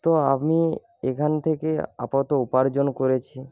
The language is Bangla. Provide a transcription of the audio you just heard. তো আমি এখান থেকে আপাতত উপার্জন করেছি